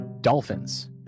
dolphins